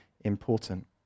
important